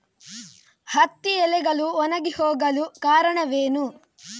ಹತ್ತಿ ಎಲೆಗಳು ಒಣಗಿ ಹೋಗಲು ಕಾರಣವೇನು?